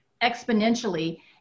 exponentially